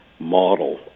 model